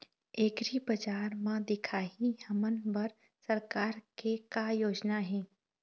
एग्रीबजार म दिखाही हमन बर सरकार के का योजना हे?